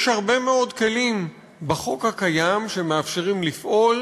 יש הרבה מאוד כלים בחוק הקיים שמאפשרים לפעול,